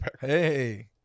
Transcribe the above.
Hey